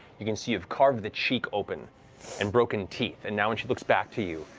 you can see, you've carved the cheek open and broken teeth, and now when she looks back to you,